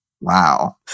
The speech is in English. Wow